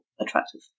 attractive